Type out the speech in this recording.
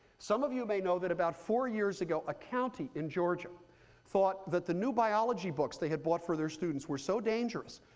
some of you may know that about four years ago a county in georgia thought that the new biology books they had bought for their students were so dangerous,